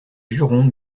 jurons